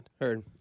Heard